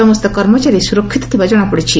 ସମସ୍ତ କର୍ମଚାରୀ ସୁରକ୍ଷିତ ଥିବା ଜଶାପଡିଛି